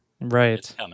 Right